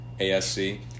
ASC